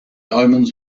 omens